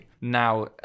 Now